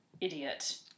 idiot